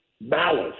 malice